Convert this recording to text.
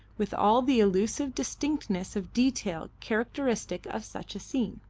with all the elusive distinctness of detail characteristic of such a scene.